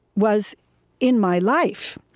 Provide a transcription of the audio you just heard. was in my life,